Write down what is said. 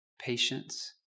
patience